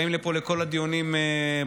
באים לפה לכל הדיונים בכנסת,